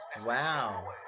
Wow